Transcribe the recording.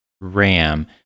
RAM